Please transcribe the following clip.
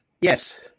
Yes